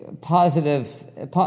positive